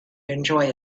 enjoy